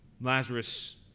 Lazarus